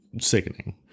sickening